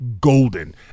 golden